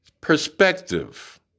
perspective